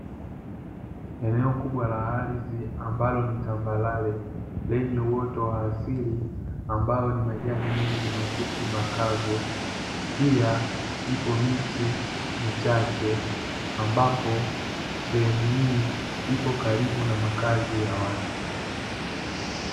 Eneo kubwa la ardhi ambalo nitambalale, lenye uoto wa asili ambao ni majani mengi mafupi makavu pia ipo miti michache ambapo sehemu hii ipo karibu na makazi ya watu.